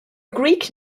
greek